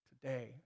today